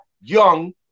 young